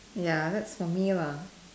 ya that's for me lah